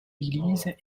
église